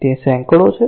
તે સેંકડો છે